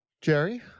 Jerry